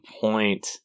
point